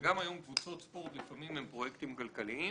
גם היום קבוצות ספורט הם לפעמים פרויקטים כלכליים,